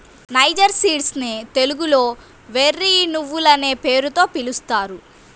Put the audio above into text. niger seeds నే తెలుగులో వెర్రి నువ్వులనే పేరుతో పిలుస్తారు